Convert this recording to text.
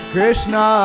Krishna